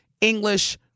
English